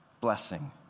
blessing